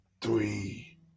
three